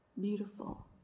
beautiful